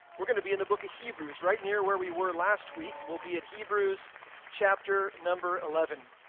we're going to be in the book of hebrews. right near where we were last week and we'll be at hebrews chapter number eleven.